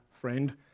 friend